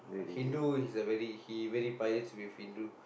Hindu he's a very he very pious with Hindu